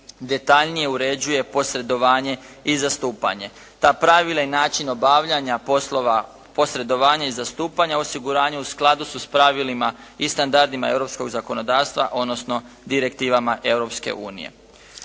detaljnije uređuje posredovanje i zastupanje. Ta pravila i način obavljanja poslova posredovanja i zastupanja osiguranja u skladu su s pravilima i standardima europskog zakonodavstva, odnosno direktivama Europske unije.